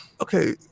Okay